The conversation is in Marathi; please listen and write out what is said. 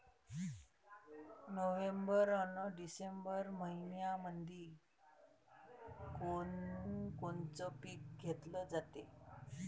नोव्हेंबर अन डिसेंबर मइन्यामंधी कोण कोनचं पीक घेतलं जाते?